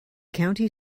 county